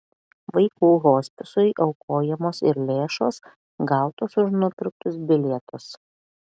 vaikų hospisui aukojamos ir lėšos gautos už nupirktus bilietus